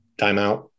timeout